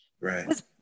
right